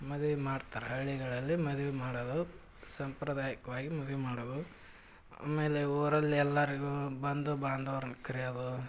ಮದ್ವೆ ಮಾಡ್ತಾರೆ ಹಳ್ಳಿಗಳಲ್ಲಿ ಮದ್ವೆ ಮಾಡೋದು ಸಾಂಪ್ರದಾಯಕ್ವಾಗಿ ಮದ್ವೆ ಮಾಡೋದು ಆಮೇಲೆ ಊರಲ್ಲಿ ಎಲ್ಲರಿಗೂ ಬಂದು ಬಾಂಧವ್ರನ್ನು ಕರ್ಯೋದು